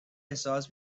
احساس